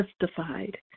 justified